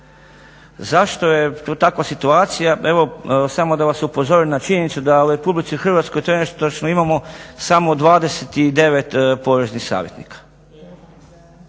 Zašto je takva situacija, evo samo da vas upozorim na činjenicu da u Republici Hrvatskoj trenutačno imamo samo 29 poreznih savjetnika